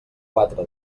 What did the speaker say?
quatre